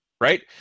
right